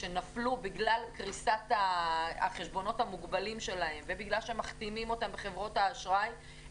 שנפלו בגלל החשבונות המוגבלים שלהם ובגלל שמכתימים אותם בחברות האשראי,